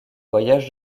voyages